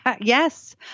Yes